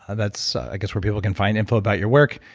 that's i guess where people can find info about your work,